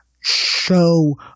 show